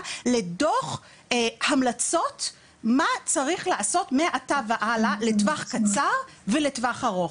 לדוח המלצות מה צריך לעשות מעתה והלאה לטווח קצר ולטווח ארוך.